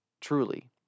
truly